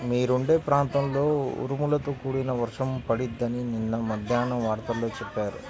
మీరుండే ప్రాంతంలో ఉరుములతో కూడిన వర్షం పడిద్దని నిన్న మద్దేన్నం వార్తల్లో చెప్పారు